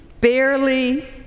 barely